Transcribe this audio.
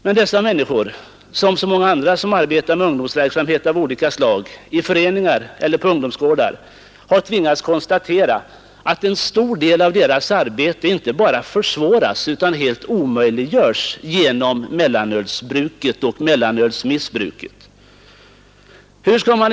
Men dessa människor — som så många andra som arbetar med ungdomsverksamhet av olika slag, i föreningar eller på ungdomsgårdar — har tvingats konstatera att en stor del av deras arbete inte bara försvåras utan helt omöjliggörs genom bruket och missbruket av mellanöl.